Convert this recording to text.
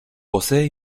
posee